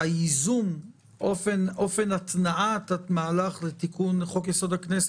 אופן התנעת המהלך לתיקון חוק-יסוד: הכנסת,